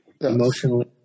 Emotionally